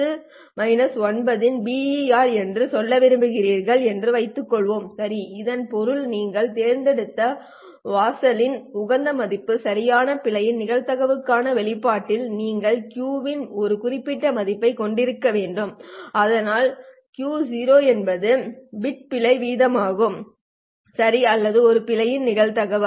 ஆகவே நீங்கள் 10 9 இன் BER என்று சொல்ல விரும்புகிறீர்கள் என்று வைத்துக்கொள்வோம் சரி இதன் பொருள் நீங்கள் தேர்ந்தெடுத்த வாசலின் உகந்த மதிப்பை சரியாகப் பிழையின் நிகழ்தகவுக்கான வெளிப்பாட்டில் நீங்கள் Q இன் ஒரு குறிப்பிட்ட மதிப்பைக் கொண்டிருக்க வேண்டும் அதாவது Q என்பது பிட் பிழை வீதமாகும் சரி அல்லது இது பிழையின் நிகழ்தகவு